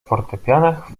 fortepianach